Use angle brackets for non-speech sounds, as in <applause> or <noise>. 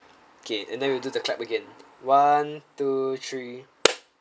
okay and then we do the clap again one two three <noise>